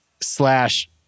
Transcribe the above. slash